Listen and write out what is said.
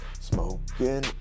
smoking